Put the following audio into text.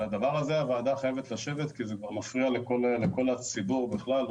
על הדבר הזה הוועדה צריכה לשבת כי זה מפריע לכל הציבור בכלל,